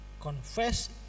confess